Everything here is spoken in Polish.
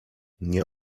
nie